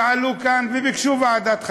שעלו כאן וביקשו ועדת חקירה,